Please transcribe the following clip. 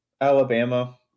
Alabama